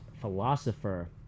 philosopher